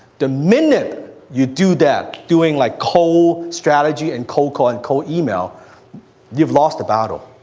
the minute you do that, doing like cold-strategy and cold-call, and cold-email, you've lost the battle.